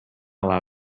allow